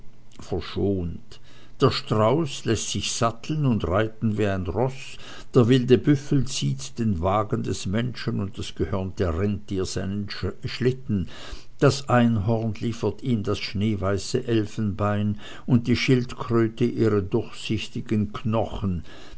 verschont der strauß läßt sich satteln und reiten wie ein roß der wilde büffel ziehet den wagen des menschen und das gehörnte renntier seinen schlitten das einhorn liefert ihm das schneeweiße elfenbein und die schildkröte ihre durchsichtigen knochen